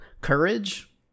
courage